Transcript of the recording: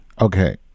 Okay